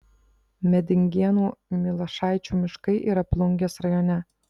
medingėnų milašaičių miškai yra plungės rajone